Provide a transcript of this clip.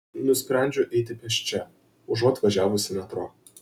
nusprendžiu eiti pėsčia užuot važiavusi metro